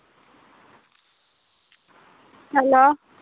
hello